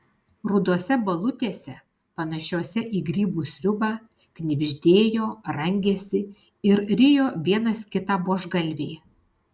rudose balutėse panašiose į grybų sriubą knibždėjo rangėsi ir rijo vienas kitą buožgalviai